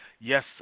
Yes